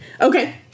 Okay